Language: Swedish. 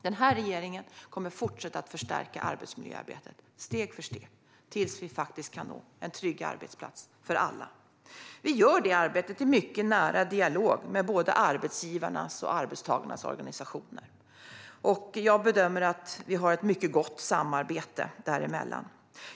Den här regeringen kommer steg för steg att fortsätta förstärka arbetsmiljöarbetet tills vi kan nå en trygg arbetsplats för alla. Arbetet sker i mycket nära dialog med både arbetsgivarnas och arbetstagarnas organisationer, och jag bedömer att det är ett mycket gott samarbete däremellan.